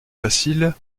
facile